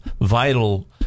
vital